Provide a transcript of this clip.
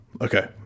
okay